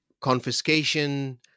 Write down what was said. confiscation